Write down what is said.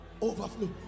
Overflow